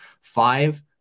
five